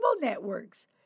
networks